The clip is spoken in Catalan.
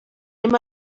hem